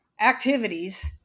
activities